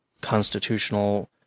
constitutional